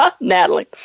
Natalie